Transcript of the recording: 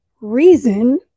reason